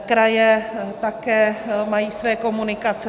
Kraje také mají své komunikace.